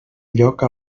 lloc